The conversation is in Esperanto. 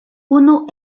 unu